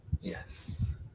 Yes